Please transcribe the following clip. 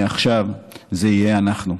מעכשיו זה יהיה אנחנו,